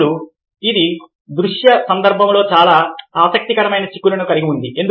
ఇప్పుడు ఇది దృశ్య సందర్భంలో చాలా ఆసక్తికరమైన చిక్కులను కలిగి ఉంది ఎందుకు